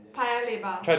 Paya-Lebar